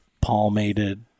palmated